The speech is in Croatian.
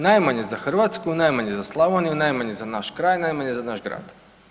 Najmanje za Hrvatsku, najmanje za Slavoniju, najmanje za naš kraj, najmanje za naš grad.